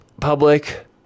public